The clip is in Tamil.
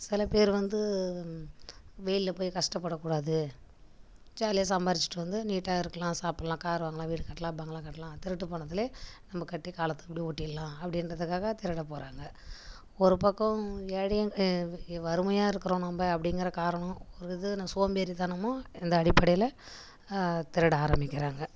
சில பேர் வந்து வெயிலில் போய் கஷ்ட்டப்பட கூடாது ஜாலியாக சம்பாதிச்சிட்டு வந்து நீட்டாக இருக்கலாம் சாப்பிட்லாம் கார் வாங்கலாம் வீடு கட்டலாம் பங்களா கட்டலாம் திருட்டு பணத்துலேயே நம்ம கட்டி காலத்தை அப்படியே ஓட்டிடலாம் அப்படின்றத்துக்காக திருட போகிறாங்க ஒரு பக்கம் ஏழையாக வறுமையாக இருக்கிறோம் நம்ம அப்படிங்கிற காரணம் ஒரு இது சோம்பேறி தனமும் இந்த அடிப்படையில் திருட ஆரம்பிக்கிறாங்க